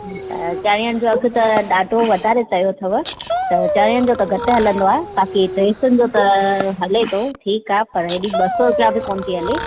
ठीकु आहे चणिया जो अघु त ॾाढो वधारे चयो अथव त चणियनि जो त घटि हलंदो आहे बाक़ी ड्रेसनि जो त हले थो ठीकु आहे पर हेॾी ॿ सौ रुपया बि कोनि थी हले